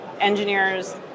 engineers